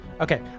Okay